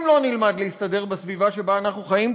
אם לא נלמד להסתדר בסביבה שבה אנו חיים,